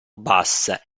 bassa